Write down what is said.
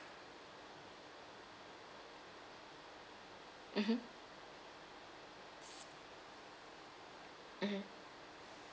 mmhmm mmhmm